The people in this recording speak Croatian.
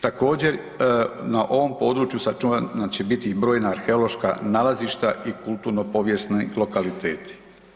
Također, na ovom području sačuvano će biti i brojna arheološka nalazišta i kulturno-povijesni lokaliteti.